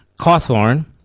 Cawthorn